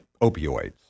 opioids